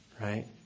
Right